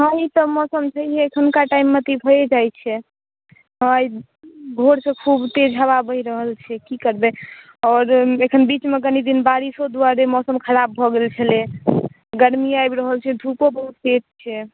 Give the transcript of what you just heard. सुखाए जेतै बारिश भेल रहै तऽ पुरा जमा भऽ गेल छलै पानि सभ आ फेर अहिना धुप होइत रहतै तऽ सुखायै जेतै